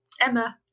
Emma